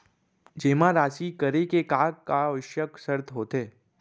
जेमा राशि करे के का आवश्यक शर्त होथे?